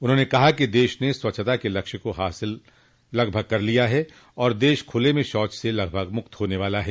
उन्होंने कहा कि देश ने स्वच्छता के लक्ष्य को लगभग हासिल कर लिया है और देश खुले में शौच से लगभग मुक्त होने वाला है